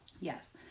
yes